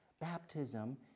baptism